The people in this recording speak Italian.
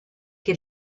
che